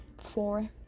four